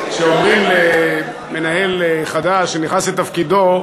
אומרים למנהל חדש שנכנס לתפקידו: